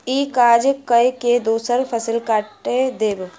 ई काज कय के दोसर फसिल कैट देब